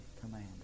command